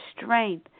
strength